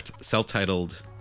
self-titled